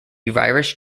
virus